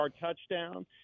touchdown